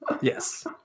yes